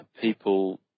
people